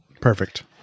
Perfect